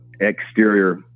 exterior